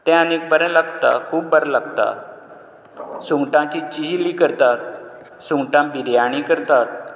तें आनी बरें लागता खूब बरें लागता सुंगटांची चिली करतात सुंगटां बिर्याणी करतात